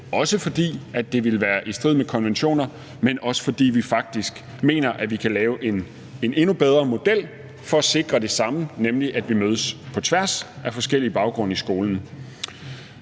også, fordi det ville være i strid med konventioner, og også, fordi vi faktisk mener, at vi kan lave en endnu bedre model for at sikre det samme, nemlig at vi mødes på tværs af forskellige baggrunde i skolen.